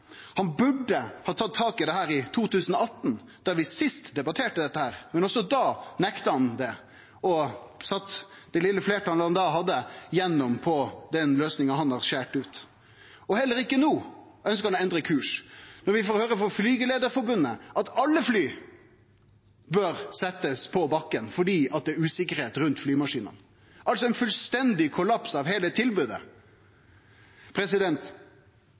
Han burde ha tatt tak i dette i 2018, da vi sist debatterte dette. Men også da nekta han, og han brukte det vesle fleirtalet han da hadde, til å få gjennom den løysinga han hadde skore ut. Heller ikkje no ønskjer han å endre kurs. Men vi får høyre frå Flygerforbundet at alle fly burde bli sette på bakken fordi det er usikkerheit rundt flymaskinane – altså ein fullstendig kollaps av heile tilbodet.